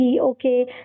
Okay